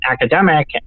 academic